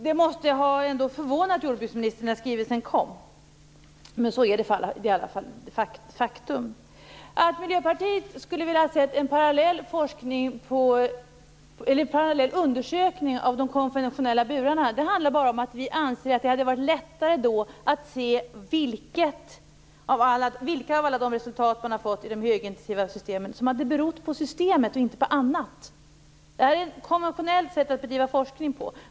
Det måste ha förvånat jordbruksministern när skrivelsen kom, men detta är i alla fall ett faktum. Att vi i Miljöpartiet skulle ha velat se en parallell undersökning av de konventionella burarna beror på att vi anser att det då skulle vara lättare att se vilka av alla resultat man fått i de högintensiva systemen som beror på systemet och inte på annat. Det här är ett konventionellt sätt att bedriva forskning på.